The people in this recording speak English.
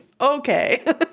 okay